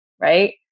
right